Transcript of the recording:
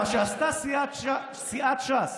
מה שעשתה סיעת ש"ס